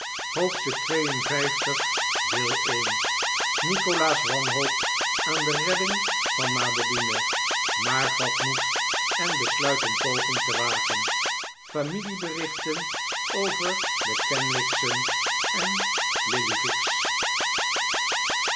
hoofdstuk lii nikolaas wanhoopt aan de redding van madeline maar vat moed en besluit een poging te wagen familieberichten over de kenwigs'en en